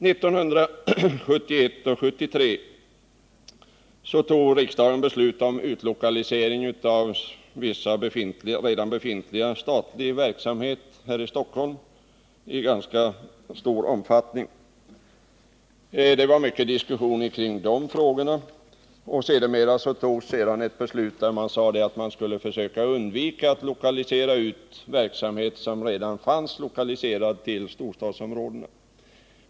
1971 och 1973 tog riksdagen beslut om utlokalisering i ganska stor omfattning av viss redan befintlig statlig verksamhet här i Stockholm. Det var mycket diskussion kring de frågorna, och sedermera togs ett beslut om att man skulle försöka undvika att utlokalisera verksamhet som redan finns i storstadsområdena.